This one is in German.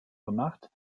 gemacht